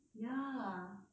ya